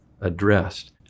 addressed